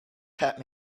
kept